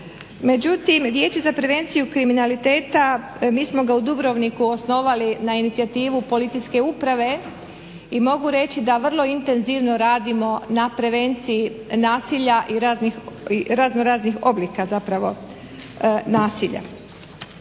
međutim Vijeće za prevenciju kriminaliteta mi smo ga u Dubrovniku osnovali na inicijativu policijske uprave i mogu reći da vrlo intenzivno radimo na prevenciji nasilja i razno raznih oblika zapravo